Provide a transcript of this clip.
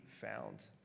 found